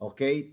Okay